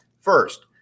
first